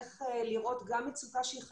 איך לראות גם מצוקה שהיא חברתית,